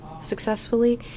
successfully